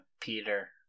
Peter